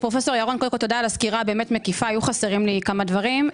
הבאמת מקיפה, היו חסרים לי כמה דברים.